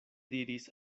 diris